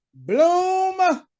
bloom